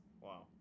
Wow